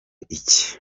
iki